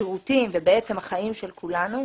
השירותים ובעצם החיים של כולנו.